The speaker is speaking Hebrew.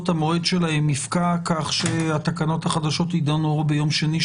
המועד שלהן יפגע כך שהתקנות החדשות יידונו ביום שני,